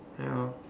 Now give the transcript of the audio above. ya